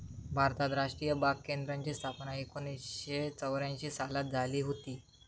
भारतात राष्ट्रीय बाग केंद्राची स्थापना एकोणीसशे चौऱ्यांशी सालात झाली हुती